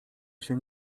się